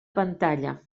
pantalla